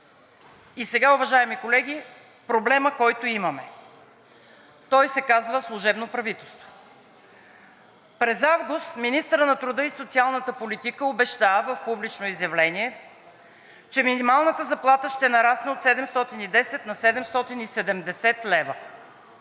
И сега, уважаеми колеги, проблемът, който имаме, се казва служебно правителство. През август министърът на труда и социалната политика обеща в публично изявление, че минималната заплата ще нарасне от 710 на 770 лв.,